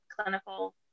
clinical